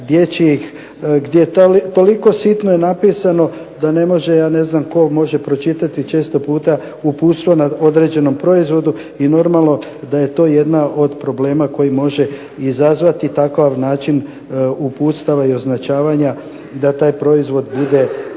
gdje toliko sitno je napisano da ne može, ja ne znam tko može pročitati često puta uputstvo na određenom proizvodu i normalno da je to jedan od problema koji može izazvati takav način uputstava i označavanja da taj proizvod bude